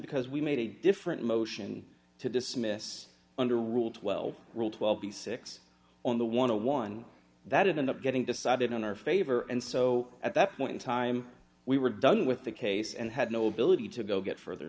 because we made a different motion to dismiss under rule twelve rule twelve b six on the want to one that didn't up getting decided in our favor and so at that point in time we were done with the case and had no ability to go get further